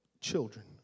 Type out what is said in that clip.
children